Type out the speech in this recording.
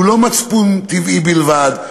שהוא לא מצפון טבעי בלבד,